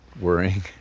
worrying